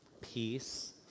peace